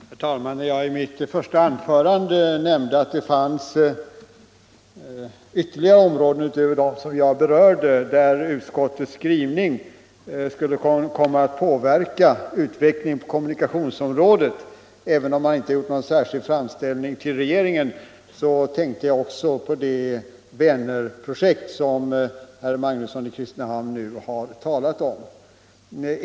Herr talman! När jag i mitt första anförande nämnde att det fanns ytterligare områden, utöver dem jag berörde, där utskottets skrivning 95 skulle komma att påverka utvecklingen på kommunikationsområdet — även om man inte gjort någon särskild framställning till regeringen — tänkte jag också på Vänerprojektet, som herr Magnusson i Kristinehamn nu har talat om.